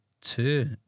two